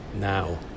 now